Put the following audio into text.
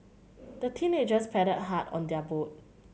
the teenagers paddled hard on their boat